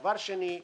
דבר שני.